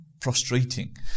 prostrating